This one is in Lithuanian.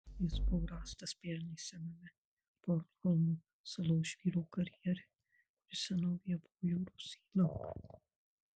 jis buvo rastas pernai sename bornholmo salos žvyro karjere kuris senovėje buvo jūros įlanka